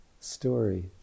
story